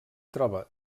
troba